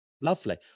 lovely